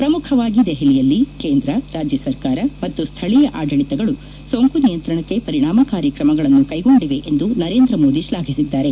ಪ್ರಮುಖವಾಗಿ ದೆಹಲಿಯಲ್ಲಿ ಕೇಂದ್ರ ರಾಜ್ಯ ಸರ್ಕಾರ ಮತ್ತು ಸ್ಥಳೀಯ ಆಡಳಿತಗಳು ಸೋಂಕು ನಿಯಂತ್ರಣಕ್ಕೆ ಪರಿಣಾಮಕಾರಿ ಕ್ರಮಗಳನ್ನು ಕೈಗೊಂಡಿವೆ ಎಂದು ನರೇಂದ್ರ ಮೋದಿ ಶ್ಲಾಘಿಸಿದ್ದಾರೆ